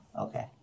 okay